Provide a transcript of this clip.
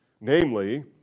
Namely